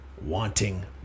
wanting